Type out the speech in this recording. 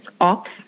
ops